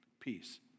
peace